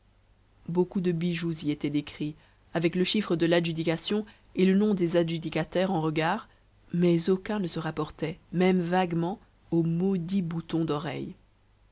beaucoup de bijoux y étaient décrits avec le chiffre de l'adjudication et le nom des adjudicataires en regard mais aucun ne se rapportait même vaguement aux maudits boutons d'oreilles